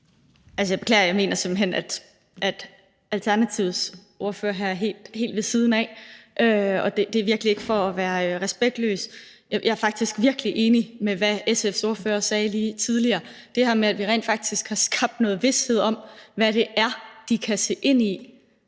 hen, at Alternativets ordfører her er helt ved siden af, og det er virkelig ikke for at være respektløs. Jeg er faktisk virkelig enig i, hvad SF's ordfører sagde tidligere. Det her med, at vi rent faktisk har skabt noget vished om, hvad det er, de kan se ind i,